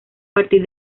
partir